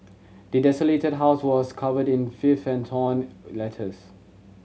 the desolated house was covered in filth and torn letters